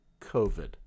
covid